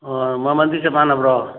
ꯃꯃꯜꯗꯤ ꯆꯞ ꯃꯥꯟꯅꯕ꯭ꯔꯣ